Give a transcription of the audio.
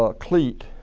ah clete